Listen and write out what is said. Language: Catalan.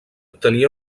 tenia